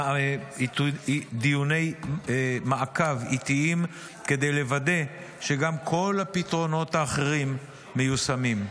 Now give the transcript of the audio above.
דיוני מעקב עיתיים כדי לוודא שגם כל הפתרונות האחרים מיושמים.